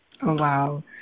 Wow